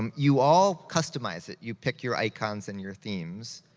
um you all customize it. you pick your icons, and your themes.